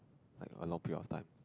like a long period of time